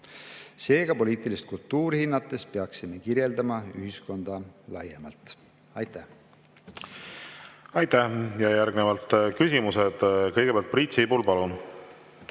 Seega poliitilist kultuuri hinnates peaksime kirjeldama ühiskonda laiemalt. Aitäh! Aitäh! Ja järgnevalt küsimused. Kõigepealt Priit Sibul,